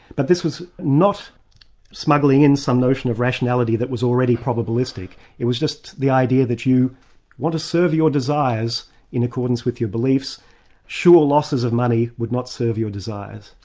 but this was not smuggling in some notion of rationality that was already probabilistic, it was just the idea that you want to serve your desires in accordance with your beliefs sure losses of money would not serve your desires.